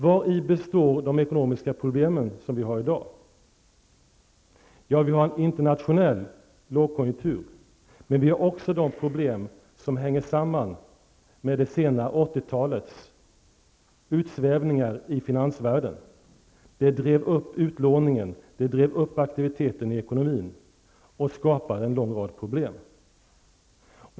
Vari består de ekonomiska problem som vi har i dag? Ja, vi har en internationell lågkonjunktur. Men vi har också problem som hänger samman med det sena 80-talets utsvävningar inom finansvärlden. De drev upp utlåningen. De drev upp aktiviteten i ekonomin. De skapade också en lång rad problem.